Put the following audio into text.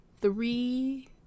three